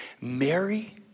Mary